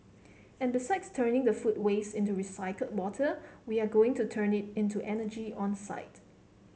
and besides turning the food waste into recycled water we are going to turn it into energy on site